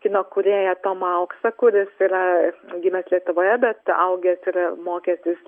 kino kūrėją tomą auksą kuris yra gimęs lietuvoje bet augęs ir mokęsis